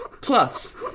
Plus